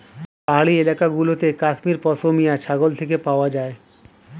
পাহাড়ি এলাকা গুলোতে কাশ্মীর পশমিনা ছাগল থেকে পাওয়া যায়